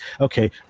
Okay